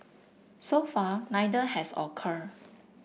so far neither has occurred